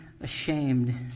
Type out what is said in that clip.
ashamed